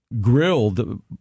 grilled